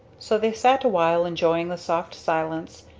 so they sat awhile enjoying the soft silence,